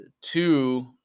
two